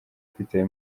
kwitaba